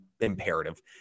imperative